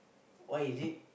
why is it